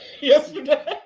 yesterday